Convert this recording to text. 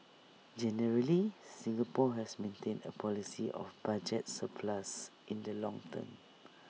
generally Singapore has maintained A policy of budget surplus in the long term